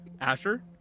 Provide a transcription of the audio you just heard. asher